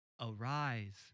Arise